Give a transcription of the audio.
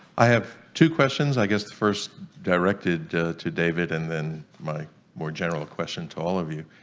i have two questions i guess the first directed to david and then my more general question to all of you